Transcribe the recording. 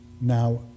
Now